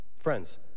Friends